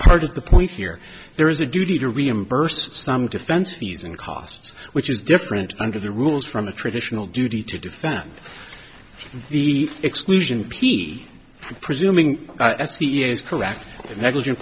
part of the point here there is a duty to reimburse some defense fees and costs which is different under the rules from a traditional duty to defend the exclusion p presuming he is correct and negligent